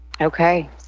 Okay